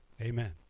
Amen